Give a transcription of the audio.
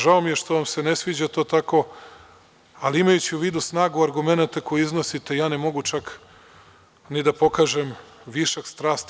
Žao mi je što vam se ne sviđa to tako, ali imajući u vidu snagu argumenata koje iznosite, ja ne mogu čak ni da pokažem višak strasti.